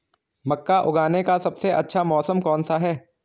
मक्का उगाने का सबसे अच्छा मौसम कौनसा है?